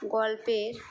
গল্পের